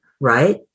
right